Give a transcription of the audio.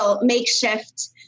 makeshift